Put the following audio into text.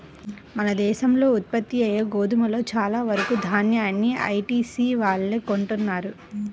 మన దేశంలో ఉత్పత్తయ్యే గోధుమలో చాలా వరకు దాన్యాన్ని ఐటీసీ వాళ్ళే కొంటన్నారు